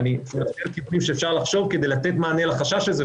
אני נותן טיפים שאפשר לחשוב כדי לתת מענה לחשש הזה,